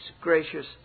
gracious